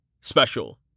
Special